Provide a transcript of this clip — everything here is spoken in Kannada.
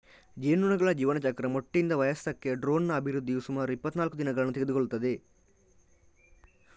ಜೇನುನೊಣಗಳ ಜೀವನಚಕ್ರ ಮೊಟ್ಟೆಯಿಂದ ವಯಸ್ಕಕ್ಕೆ ಡ್ರೋನ್ನ ಅಭಿವೃದ್ಧಿಯು ಸುಮಾರು ಇಪ್ಪತ್ತನಾಲ್ಕು ದಿನಗಳನ್ನು ತೆಗೆದುಕೊಳ್ಳುತ್ತದೆ